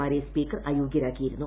മാരെ സ്പീക്കർ അയോഗൃരാക്കിയിരുന്നു